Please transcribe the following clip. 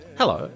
Hello